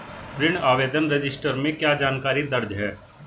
ऋण आवेदन रजिस्टर में क्या जानकारी दर्ज है?